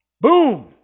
Boom